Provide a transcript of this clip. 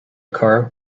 car